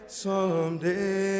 Someday